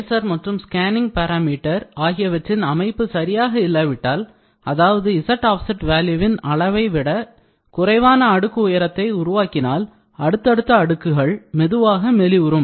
laser மற்றும் scanning parameter scanning parameter ஆகியவற்றின் அமைப்பு சரியாக இல்லாவிட்டால் அதாவது z offset value வின் அளவைவிட குறைவான அடுக்கு உயரத்தை உருவாக்கினால் அடுத்தடுத்த அடுக்குகள் மெதுவாக மெலிவுரும்